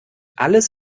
alles